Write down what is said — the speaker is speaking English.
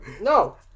no